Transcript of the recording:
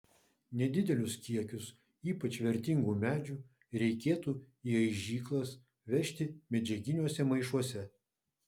nedidelius kiekius ypač vertingų medžių reikėtų į aižyklas vežti medžiaginiuose maišuose